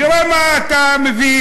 תראה מה אתה מביא,